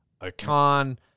Okan